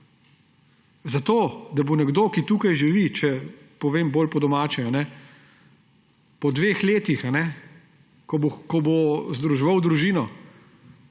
zato da bo nekdo, ki tukaj živi, če povem bolj po domače, po dveh letih, ko bo združeval družino,